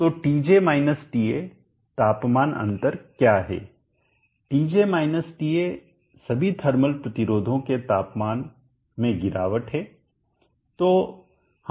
तो Tj Ta तापमान अंतर क्या है Tj Ta सभी थर्मल प्रतिरोधों के पर तापमान में गिरावट है